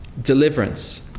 deliverance